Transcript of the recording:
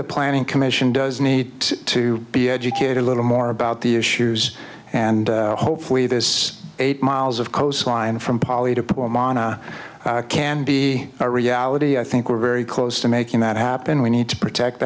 the planning commission does need to be educated a little more about the issues and hopefully this eight miles of coastline from polly to put them on a can be a reality i think we're very close to making that happen we need to protect